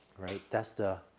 right? that's the,